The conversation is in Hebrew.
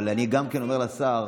אבל אני גם כן אומר לשר,